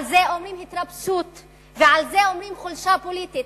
על זה אומרים התרפסות ועל זה אומרים חולשה פוליטית.